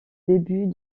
début